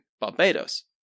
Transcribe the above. Barbados